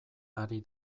ari